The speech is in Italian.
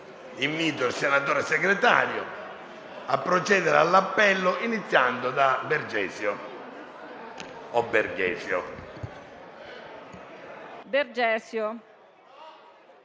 Invito il senatore Segretario a procedere all'appello, iniziando dal senatore